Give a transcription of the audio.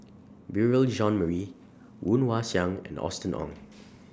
Beurel Jean Marie Woon Wah Siang and Austen Ong